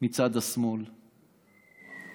מצד השמאל, אלימות.